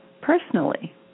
personally